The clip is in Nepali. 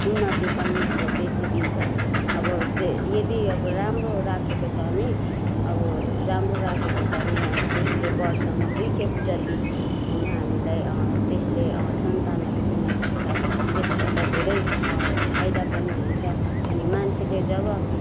उन्नति पनि अब बेसी दिन्छ अब त्यो यदि अब राम्रो राखेको छ भने अब राम्रो राखेको छ भने अब त्यसले वर्षमा दुई खेप जति होइन हामीलाई त्यसले सन्तानहरू दिनसक्छ त्यसबाट धेरै फाइदा पनि हुन्छ अनि मान्छेले जब